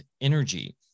energy